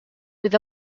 with